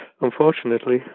unfortunately